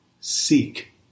seek